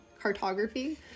cartography